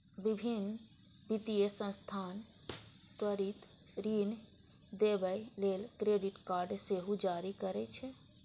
विभिन्न वित्तीय संस्थान त्वरित ऋण देबय लेल क्रेडिट कार्ड सेहो जारी करै छै